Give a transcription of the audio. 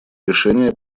решение